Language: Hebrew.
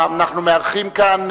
אנחנו מארחים כאן,